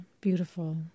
beautiful